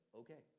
okay